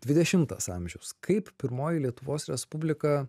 dvidešimtas amžius kaip pirmoji lietuvos respublika